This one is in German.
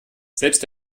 selbst